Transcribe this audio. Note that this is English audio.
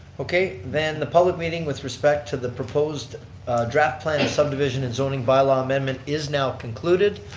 okay, then the public meeting with respect to the proposed draft plan and subdivision and zoning bylaw amendment is now concluded.